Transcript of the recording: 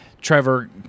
Trevor